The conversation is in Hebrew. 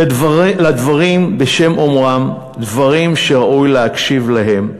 אלה דברים בשם אומרם, דברים שראוי להקשיב להם.